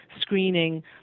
screening